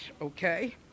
Okay